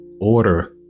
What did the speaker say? order